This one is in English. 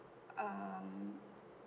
um